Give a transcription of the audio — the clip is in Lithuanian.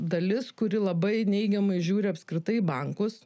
dalis kuri labai neigiamai žiūri apskritai į bankus